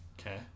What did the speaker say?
Okay